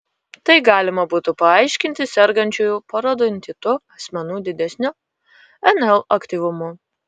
tai galima būtų paaiškinti sergančiųjų parodontitu asmenų didesniu nl aktyvumu